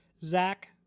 Zach